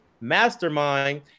mastermind